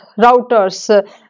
routers